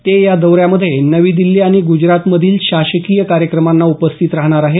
ते या दौऱ्यामध्ये नवी दिल्ली आणि गुजरातमधील शासकीय कार्यक्रमांना उपस्थित राहणार आहेत